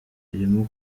ririmo